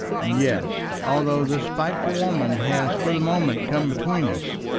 yes although this spiteful woman has for the moment come between us,